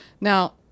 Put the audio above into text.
Now